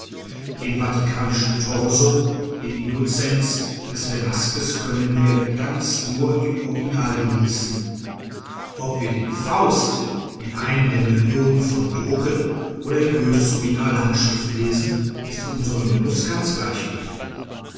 den vatikanischen torso den innocenz des velasquez können wir ganz nur im original genießen ob wir den faust in einem der millionen von drucken oder in goethes originalhandschrift lesen ist für unseren genuß ganz gleichgültig